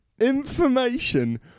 Information